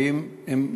אם,